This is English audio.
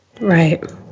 Right